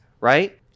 right